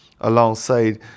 alongside